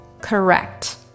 correct